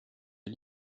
est